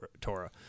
Torah